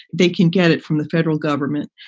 they can get it from the federal government.